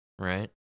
right